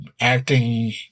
acting